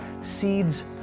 Seeds